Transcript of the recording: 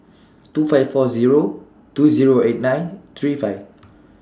two five four Zero two Zero eight nine three five